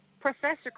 Professor